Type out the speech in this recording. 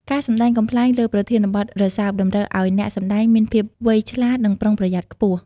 ការសម្ដែងកំប្លែងលើប្រធានបទរសើប តម្រូវឲ្យអ្នកសម្ដែងមានភាពវៃឆ្លាត និងប្រុងប្រយ័ត្នខ្ពស់។